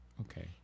okay